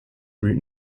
route